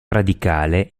radicale